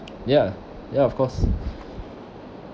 ya ya of course